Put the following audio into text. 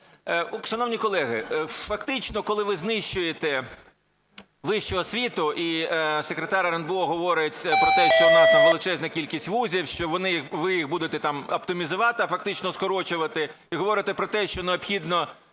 Шановні колеги, фактично, коли ви знищуєте вищу освіту і секретар РНБО говорить про те, що відносно величезна кількість вузів, що ви їх будете оптимізувати, а фактично скорочувати, ви говорите про те, що необхідно